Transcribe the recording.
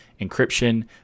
encryption